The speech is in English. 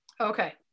okay